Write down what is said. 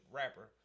rapper